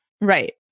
right